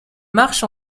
marches